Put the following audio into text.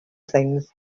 things